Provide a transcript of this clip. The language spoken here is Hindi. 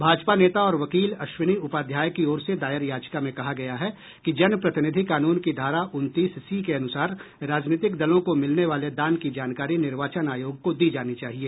भाजपा नेता और वकील अश्विनी उपाध्याय की ओर से दायर याचिका में कहा गया है कि जनप्रतिनिधि कानून की धारा उनतीस सी के अनुसार राजनीतिक दलों को मिलने वाले दान की जानकारी निर्वाचन आयोग को दी जानी चाहिए